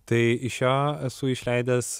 tai iš jo esu išleidęs